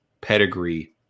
pedigree